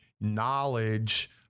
knowledge